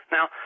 Now